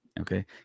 Okay